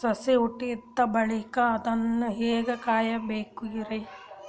ಸಸಿ ಹುಟ್ಟಿದ ಬಳಿಕ ಅದನ್ನು ಹೇಂಗ ಕಾಯಬೇಕಿರಿ?